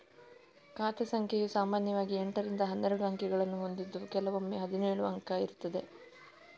ಖಾತೆ ಸಂಖ್ಯೆಯು ಸಾಮಾನ್ಯವಾಗಿ ಎಂಟರಿಂದ ಹನ್ನೆರಡು ಅಂಕಿಗಳನ್ನ ಹೊಂದಿದ್ದು ಕೆಲವೊಮ್ಮೆ ಹದಿನೇಳು ಅಂಕೆ ಇರ್ತದೆ